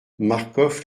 marcof